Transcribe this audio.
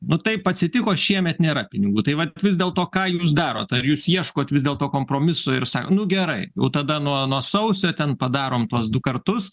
nu taip atsitiko šiemet nėra pinigų tai vat vis dėl to ką jūs darot ar jūs ieškot vis dėlto kompromiso ir sakot nu gerai jau tada nuo nuo sausio ten padarom tuos du kartus